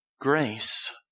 grace